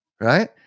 right